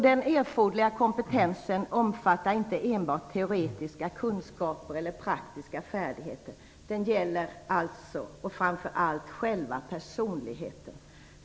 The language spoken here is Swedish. Den erforderliga kompetensen omfattar inte enbart teoretiska kunskaper eller praktiska färdigheter, utan den gäller också, och framför allt, själva personligheten.